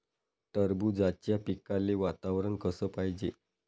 टरबूजाच्या पिकाले वातावरन कस पायजे?